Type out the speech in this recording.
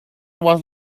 was